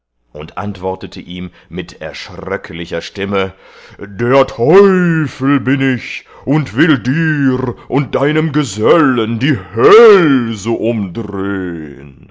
und antwortete ihm mit erschröcklicher stimme der teufel bin ich und will dir und deinem gesellen die